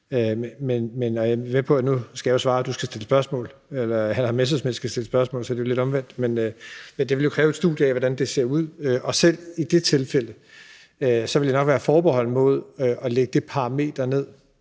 og jeg er med på, at nu skal jeg jo svare og hr. Morten Messerschmidt skal stille spørgsmål, så det er jo lidt omvendt, men det vil jo kræve et studie af, hvordan det ser ud, og selv i det tilfælde ville jeg nok være forbeholden over for at lægge det parameter ned,